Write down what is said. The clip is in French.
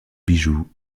bijoux